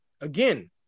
again